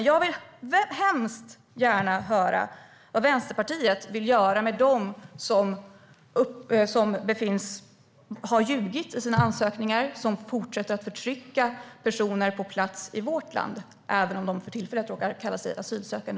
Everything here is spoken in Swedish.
Jag vill hemskt gärna höra vad Vänsterpartiet vill göra med dem som har ljugit i sina ansökningar och som fortsätter att förtrycka personer i vårt land, även om de för tillfället råkar kalla sig för asylsökande.